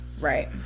Right